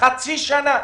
חצי שנה.